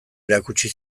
erakutsi